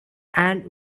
and